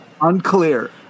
Unclear